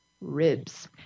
ribs